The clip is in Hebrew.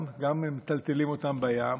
גם מטלטלים אותם בים,